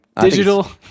digital